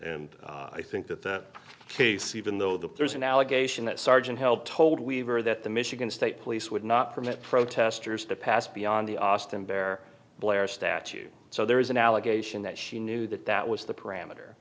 and i think that the case even though there's an allegation that sergeant helped told weaver that the michigan state police would not permit protesters to pass beyond the austin bear blair statue so there is an allegation that she knew that that was the parameter